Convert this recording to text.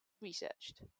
researched